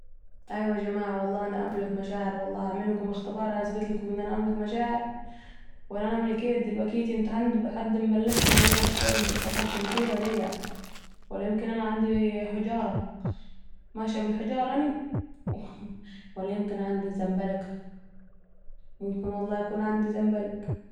ايوة يا جماعه أنا أملك مشاعر والله ، اعملكم اختبار يثبتلكم أني املك مشاعر، ولا أنا أملك ايه دلوكيتي انتوا حد مبلغكم اني بشتغل بالطاقه الشمسيه ولا أية ؟ ولا يمكن أنا ماشيه بالحجاره ،ماشيه بالحجارة أنا ؟ ولا يمكن أنا عندي زمبلك ...ممكن والله يكون عندي زمبلك